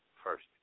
first